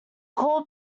core